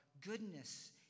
goodness